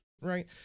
right